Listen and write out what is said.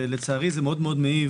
ולצערי זה מאוד מאוד מעיב